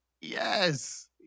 Yes